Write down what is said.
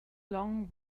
long